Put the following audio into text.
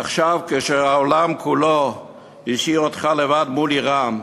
עכשיו, כשהעולם כולו השאיר אותך לבד מול איראן,